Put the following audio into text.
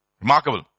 remarkable